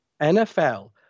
NFL